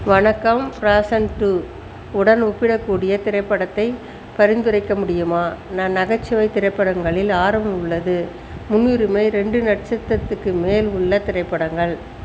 வணக்கம் Frozen two உடன் ஒப்பிடக்கூடிய திரைப்படத்தைப் பரிந்துரைக்க முடியுமா நான் நகைச்சுவை திரைப்படங்களில் ஆர்வம் உள்ளது முன்னுரிமை ரெண்டு நட்சத்திரத்துக்கு மேல் உள்ள திரைப்படங்கள்